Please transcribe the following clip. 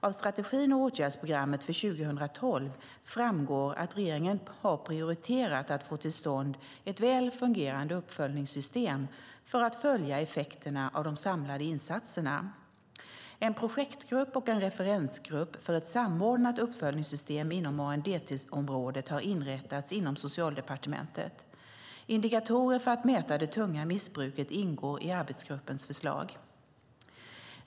Av strategin och åtgärdsprogrammet för 2012 framgår att regeringen har prioriterat att få till stånd ett väl fungerande uppföljningssystem för att följa effekterna av de samlade insatserna. En projektgrupp och en referensgrupp för ett samordnat uppföljningssystem inom ANDT-området har inrättats inom Socialdepartementet. Indikatorer för att mäta det tunga missbruket ingår i arbetsgruppens förslag.